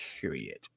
period